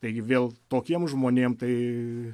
taigi vėl tokiem žmonėm tai